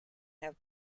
have